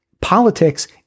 Politics